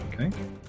Okay